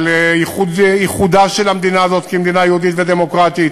על ייחודה של המדינה הזאת כמדינה יהודית ודמוקרטית